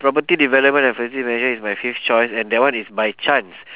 property development and facilities management is my fifth choice and that one is by chance